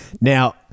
Now